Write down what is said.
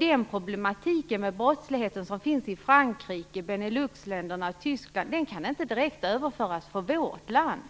Den problematik med brottsligheten som finns i Frankrike, Beneluxländerna och Tyskland kan inte direkt överföras till vårt land.